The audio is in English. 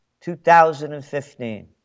2015